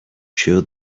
show